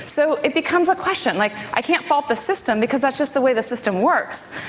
so it becomes a question, like, i can't fault the system because that's just the way the system works.